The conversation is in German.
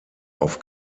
auf